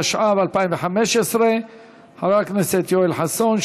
התשע"ו 2015. חבר הכנסת יואל חסון,